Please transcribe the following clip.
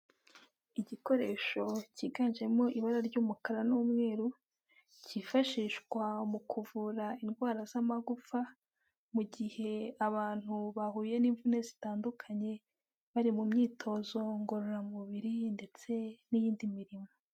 Igikoresho cyiganjemo ibara ry'umukara n'umweru, cyifashishwa mu kuvura indwara z'amagufa, mu gihe abantu bahuye n'imvune zitandukanye, bari mu myitozo ngororamubiri ndetse n'iyindi mirimo.